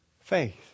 faith